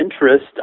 interest